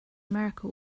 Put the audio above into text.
america